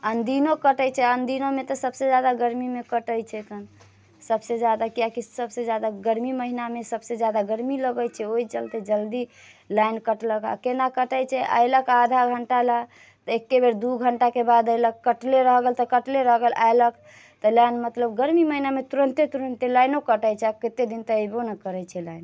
अनदिनो कटैत छै अनदिनोमे तऽ सभसँ ज्यादा गर्मीमे कटैत छैकन सभसँ ज्यादा कियाकि सभसँ ज्यादा गर्मी महीनामे सभसँ ज्यादा गर्मी लगैत छै ओहि चलते जल्दी लाइन कटलक आओर केना कटैत छै अयलक आधा घंटा लेल एक्के बेर दू घंटाके बाद अयलक कटले रहि गेल तऽ कटले रहि गेल अयलक तऽ लाइन मतलब गर्मी महीनामे तुरन्ते तुरन्ते लाइनो कटैत छै आ कतेक दिन तऽ अयबो नहि करैत छै लाइन